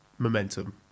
Momentum